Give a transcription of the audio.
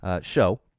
show